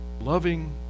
Loving